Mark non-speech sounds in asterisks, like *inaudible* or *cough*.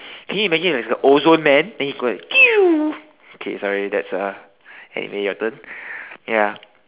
can you imagine if you're the ozone man then you go and *noise* okay sorry that's uh anyway your turn ya